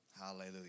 Hallelujah